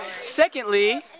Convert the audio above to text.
Secondly